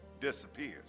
disappears